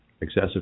Excessive